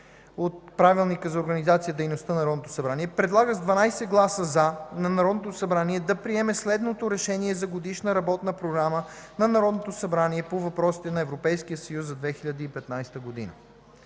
от Правилника за организацията и дейността на Народното събрание предлага – с 12 гласа „за”, на Народното събрание да приеме следното Решение за Годишна работна програма на Народното събрание по въпросите на Европейския съюз (2015 г.):